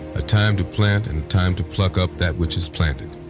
a time to plant and a time to pluck up that which is planted,